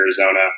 Arizona